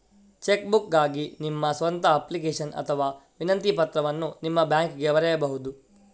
check ಬುಕ್ಗಾಗಿ ನಿಮ್ಮ ಸ್ವಂತ ಅಪ್ಲಿಕೇಶನ್ ಅಥವಾ ವಿನಂತಿ ಪತ್ರವನ್ನು ನಿಮ್ಮ ಬ್ಯಾಂಕಿಗೆ ಬರೆಯಬಹುದು